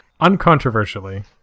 Uncontroversially